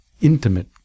intimate